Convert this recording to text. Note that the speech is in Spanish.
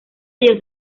ello